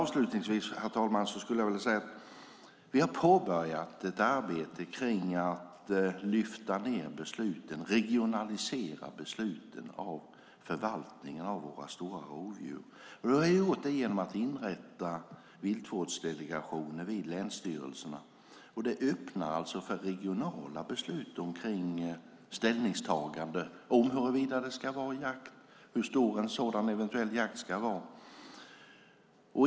Avslutningsvis vill jag säga att vi har påbörjat ett arbete med att lyfta ned besluten och regionalisera besluten om förvaltningen av våra stora rovdjur. Vi har gjort det genom att inrätta viltvårdsdelegationen vid länsstyrelserna. Det öppnar för regionala beslut och ställningstaganden om huruvida det ska vara jakt och hur stor en sådan eventuell jakt ska vara.